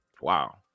Wow